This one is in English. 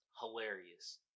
hilarious